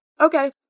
Okay